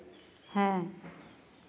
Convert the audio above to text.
ᱦᱮᱸ